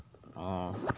orh